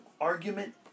argument